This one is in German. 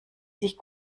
sich